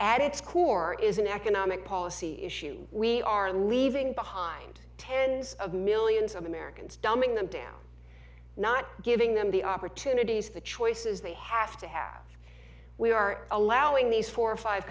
its core is an economic policy issue we are leaving behind tens of millions of americans dumbing them down not giving them the opportunities the choices they have to have we are allowing these four or five